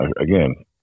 again